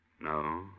No